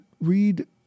read